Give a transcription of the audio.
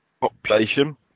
population